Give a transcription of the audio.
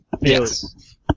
Yes